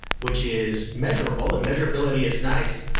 which is measurable and measurability is nice,